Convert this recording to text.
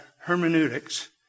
hermeneutics